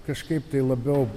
kažkaip tai labiau